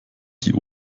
die